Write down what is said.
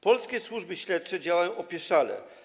Polskie służby śledcze działają opieszale.